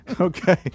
Okay